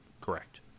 correct